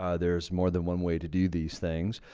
ah there's more than one way to do these things,